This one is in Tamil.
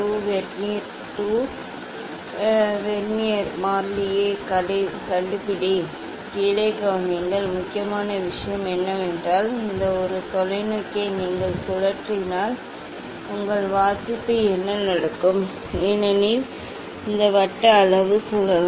அடுத்த வெர்னியர் 2 வெர்னியர் 1 வெர்னியர் 2 வெர்னியர் மாறிலியைக் கண்டுபிடி கீழே கவனியுங்கள் முக்கியமான விஷயம் என்னவென்றால் இந்த ஒரு தொலைநோக்கியை நீங்கள் சுழற்றினால் உங்கள் வாசிப்பு என்ன நடக்கும் ஏனெனில் இந்த வட்ட அளவு சுழலும்